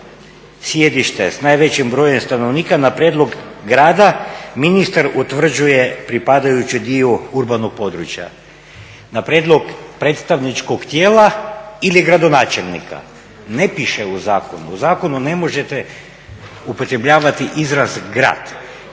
sjedište s najvećim brojem stanovnika na prijedlog grada, ministar utvrđuje pripadajući dio urbanog područja na prijedlog predstavničkog tijela ili gradonačelnika. Ne piše u zakonu, u zakonu ne možete upotrebljavati izraz grad.